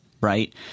right